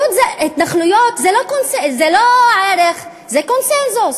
התנחלויות זה לא ערך, זה קונסנזוס.